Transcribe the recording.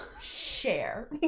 share